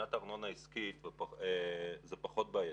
מבחינת ארנונה עסקית זה פחות בעייתי.